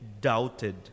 doubted